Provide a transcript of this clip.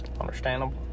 Understandable